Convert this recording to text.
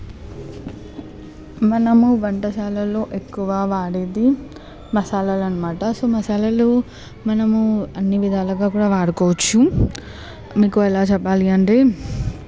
మనము వంటశాలలో ఎక్కువగా వాడేది మసాలాలు అన్నమాట సో మసాలాలు మనము అన్ని విధాలుగా కూడా వాడుకోవచ్చు మీకు ఎలా చెప్పాలి అంటే